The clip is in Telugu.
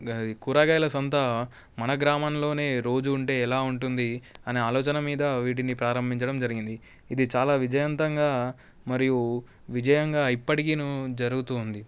కూరగాయల సంత మన గ్రామంలోనే రోజు ఉంటే ఎలా ఉంటుంది అనే ఆలోచన మీద వీటిని ప్రారంభించడం జరిగింది ఇది చాలా విజయవంతంగా మరియు విజయంగా ఇప్పటికీ జరుగుతూ ఉంది